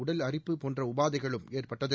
உடல் அரிப்பு போன்ற உபாதைகளும் ஏற்பட்டது